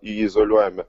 jį izoliuojame